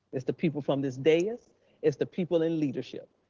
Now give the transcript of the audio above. it's the people from this dais it's the people in leadership.